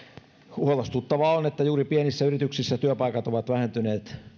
huolestuttavaa on että juuri pienissä yrityksissä työpaikat ovat vähentyneet